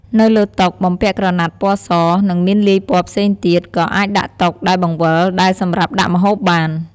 នៅលើតុបំពាក់ក្រណាត់ពណ៌ស និងមានលាយពណ៌ផ្សេងទៀត ក៏អាចដាក់តុដែលបង្វិលដែលសម្រាប់ដាក់ម្ហូបបាន។